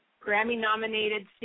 Grammy-nominated